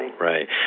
Right